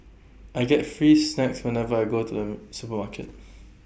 I get free snacks whenever I go to the supermarket